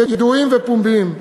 ידועים ופומביים.